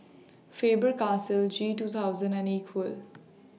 Faber Castell G two thousand and Equal